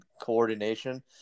Coordination